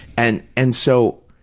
and and so,